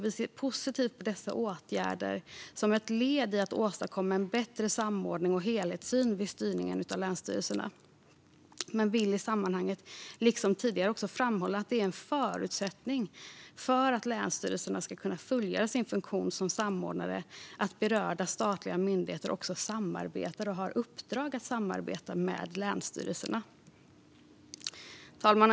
Vi ser positivt på dessa åtgärder, som ett led i att åstadkomma bättre samordning och helhetssyn vid styrningen av länsstyrelserna. Men i sammanhanget vill vi liksom tidigare framhålla att en förutsättning för att länsstyrelserna ska kunna fullgöra sin funktion som samordnare är att berörda statliga myndigheter samarbetar och har i uppdrag att samarbeta med länsstyrelserna. Herr talman!